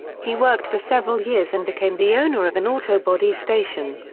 he worked for several years and became the owner of an auto body station.